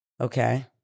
okay